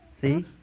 See